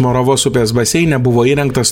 moravos upės baseine buvo įrengtas